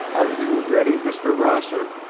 are you ready, mr. rosser?